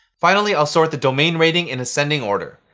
finally, i'll sort the domain rating in ascending order.